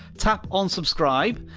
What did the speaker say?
tap on subscribe.